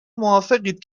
موافقید